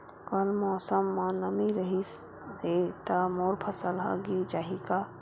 कल मौसम म नमी रहिस हे त मोर फसल ह गिर जाही का?